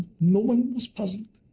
no one was puzzled.